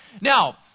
now